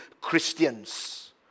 Christians